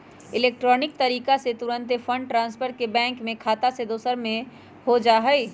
electronic तरीका से तूरंते फंड ट्रांसफर एक बैंक के खता से दोसर में हो जाइ छइ